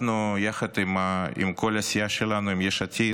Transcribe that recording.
אנחנו, יחד עם כל הסיעה שלנו, עם יש עתיד,